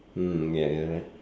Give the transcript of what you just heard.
mm ya you're right